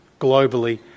globally